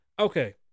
Okay